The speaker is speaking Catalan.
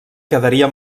quedaria